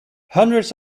hundreds